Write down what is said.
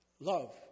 love